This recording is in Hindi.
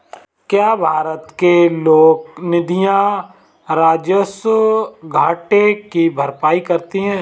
क्या भारत के लोक निधियां राजस्व घाटे की भरपाई करती हैं?